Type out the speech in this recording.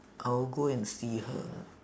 I will go and see her